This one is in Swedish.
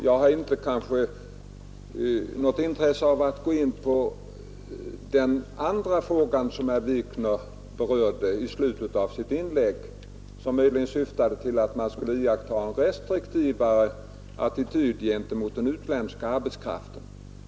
Jag har kanske inte något intresse av att gå in på den fråga som herr Wikner berörde i slutet av sitt inlägg, som möjligen syftade till att man borde iaktta en mera restriktiv attityd gentemot den utländska arbetskraften.